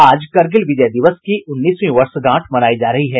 आज करगिल विजय दिवस की उन्नीसवीं वर्षगांठ मनायी जा रही है